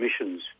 emissions